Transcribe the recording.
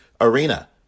arena